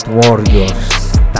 warriors